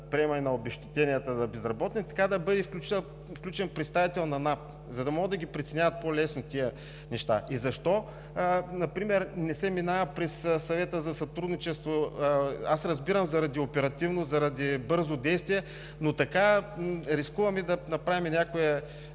приемане на обезщетенията за безработни, така да бъде включен представител на НАП, за да може да ги преценяват по-лесно тия неща. Защо например не се минава през Съвета за сътрудничество? Аз разбирам – заради оперативно, заради бързо действие, но така рискуваме да направим някаква